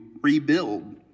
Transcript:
rebuild